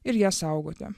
ir ją saugoti